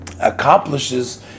accomplishes